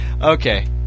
Okay